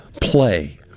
play